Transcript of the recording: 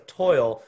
toil